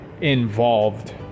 involved